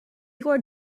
your